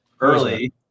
early